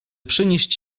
przynieść